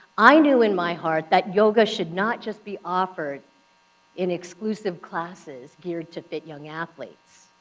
i knew in my heart that yoga should not just be offered in exclusive classes geared to fit, young athletes.